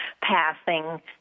passing